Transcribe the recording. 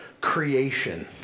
creation